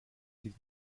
sie